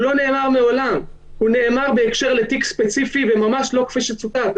הוא נאמר בהקשר לתיק ספציפי וממש לא כפי שצוטט.